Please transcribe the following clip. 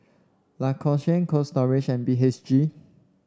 Lacoste Cold Storage and B H G